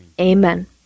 Amen